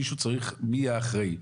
מישהו צריך להיות אחראי.